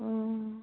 অঁ